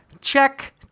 Check